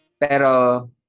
Pero